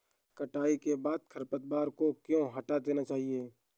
कटाई के बाद खरपतवार को क्यो हटा देना चाहिए?